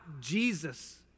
Jesus